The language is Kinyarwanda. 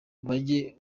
bage